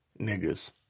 niggas